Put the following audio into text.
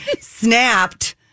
snapped